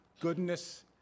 goodness